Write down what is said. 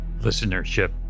listenership